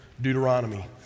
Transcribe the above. Deuteronomy